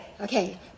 okay